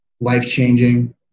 life-changing